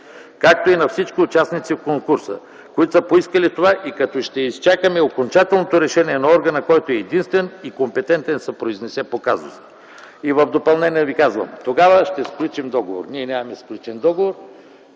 както и на всички участници в конкурса, които са поискали това. Ще изчакаме окончателното решение на органа, който е единствено компетентен да се произнесе по казуса. В допълнение казвам: тогава ще сключим договор. Ние нямаме сключен договор.